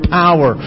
power